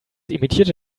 emittierte